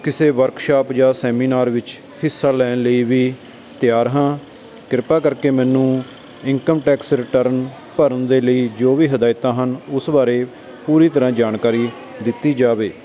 ਕਿਸੇ ਵਰਕਸ਼ਾਪ ਜਾਂ ਸੈਮੀਨਾਰ ਵਿੱਚ ਹਿੱਸਾ ਲੈਣ ਲਈ ਵੀ ਤਿਆਰ ਹਾਂ ਕਿਰਪਾ ਕਰਕੇ ਮੈਨੂੰ ਇਨਕਮ ਟੈਕਸ ਰਿਟਰਨ ਭਰਨ ਦੇ ਲਈ ਜੋ ਵੀ ਹਦਾਇਤਾਂ ਹਨ ਉਸ ਬਾਰੇ ਪੂਰੀ ਤਰ੍ਹਾ ਜਾਣਕਾਰੀ ਦਿੱਤੀ ਜਾਵੇ